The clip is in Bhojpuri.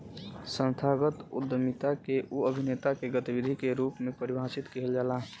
संस्थागत उद्यमिता के उ अभिनेता के गतिविधि के रूप में परिभाषित किहल जाला